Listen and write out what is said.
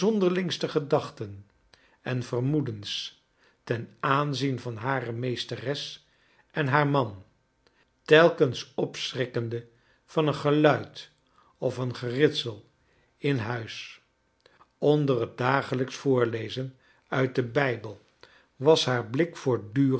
de zonderlingste gedachten en vermoedens ten aanzien van hare meesteres en haar man telkens opschrikkende van een geluid of een geritsel in huis onder het dagelijks voorlezen uit den bijbel was haar blik voortdurend